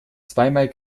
zweimal